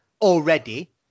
already